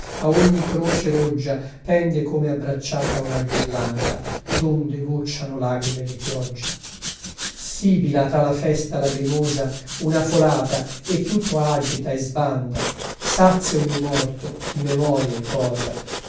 e crisantemi a ogni croce roggia pende come abbracciata una ghirlanda donde gocciano lagrime di pioggia sibila tra la festa lagrimosa una folata e tutto agita e sbanda sazio ogni morto di memorie posa